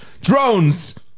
Drones